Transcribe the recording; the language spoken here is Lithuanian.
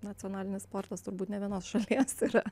nacionalinis sportas turbūt ne vienos šalies yra